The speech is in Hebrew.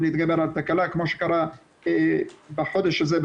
להתגבר על תקלה כפי שקרה בחודש הזה,